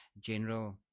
general